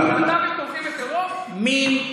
ומה עם הזכויות של הלהט"בים --- למה אתה משווה?